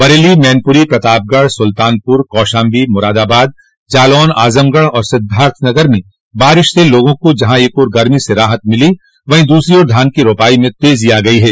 बरेली मैनपुरी प्रतापगढ़ सुल्तानपुर कौशाम्बी मुरादबााद जालौन आजमगढ़ और सिद्धार्थनगर में बारिश से लोगों को जहां एक ओर गर्मी से राहत मिली है वहीं दूसरी ओर धान की रोपाई में तेजी आ गई है